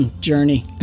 journey